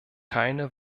keine